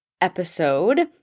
episode